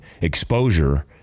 exposure